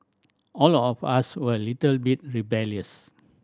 all of us were a little bit rebellious